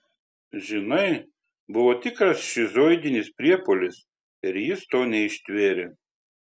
žinai buvo tikras šizoidinis priepuolis ir jis to neištvėrė